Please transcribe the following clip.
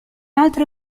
altre